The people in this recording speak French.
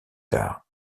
tard